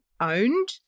owned